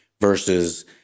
versus